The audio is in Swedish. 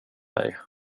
mig